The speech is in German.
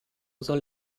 soll